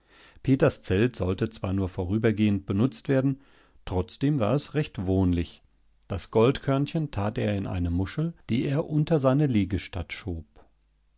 peters zelt sollte zwar nur vorübergehend benutzt werden trotzdem war es recht wohnlich das goldkörnchen tat er in eine muschel die er unter seine liegestatt schob